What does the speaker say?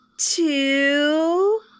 two